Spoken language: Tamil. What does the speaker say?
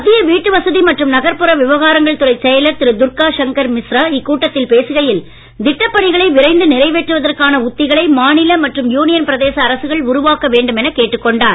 மத்திய வீட்டு வசதி மற்றும் நகர்புற விவகாரங்கள் துறைச் செயலர் திரு துர்கா சங்கர் மிஸ்ரா இக்கூட்டத்தில் பேசுகையில் திட்டப்பணிகளை விரைந்து நிறைவேற்றுவதற்கான உத்திகளை மாநில மற்றும் யூனியன் பிரதேச அரசுகள் உருவாக்க வேண்டும் எனக் கேட்டுக்கொண்டார்